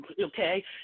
okay